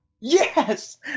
Yes